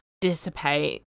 dissipate